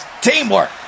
teamwork